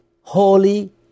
holy